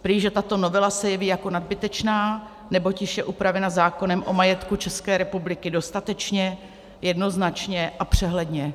Prý že tato novela se jeví jako nadbytečná, neboť již je upravena zákonem o majetku České republiky dostatečně, jednoznačně a přehledně.